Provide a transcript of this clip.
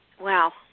Wow